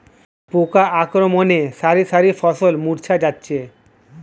পোকার আক্রমণে শারি শারি ফসল মূর্ছা যাচ্ছে